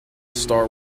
star